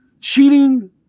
cheating